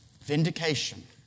vindication